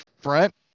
front